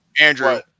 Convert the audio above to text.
Andrew